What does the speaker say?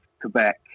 Quebec